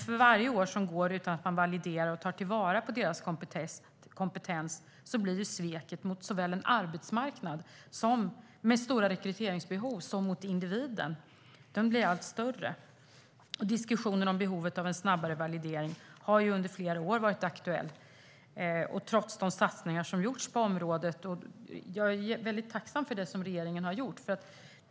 För varje år som går utan att validera och ta till vara deras kompetens blir sveket mot såväl en arbetsmarknad med stora rekryteringsbehov som individen allt större. Diskussionen om behovet av en snabbare validering har under flera år varit aktuell, trots de satsningar som har gjorts på området. Jag är tacksam för det regeringen har gjort.